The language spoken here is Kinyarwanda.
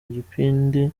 igipindi